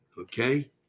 Okay